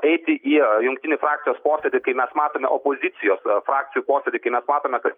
eiti į jungtinį frakcijos posėdį kai mes matome opozicijos frakcijų posėdį kai mes matome kad